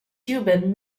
cuban